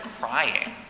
crying